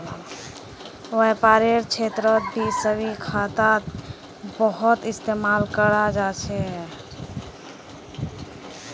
व्यापारेर क्षेत्रतभी सावधि खाता बहुत इस्तेमाल कराल जा छे